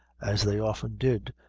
as they often did,